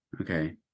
Okay